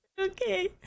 Okay